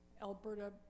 Alberta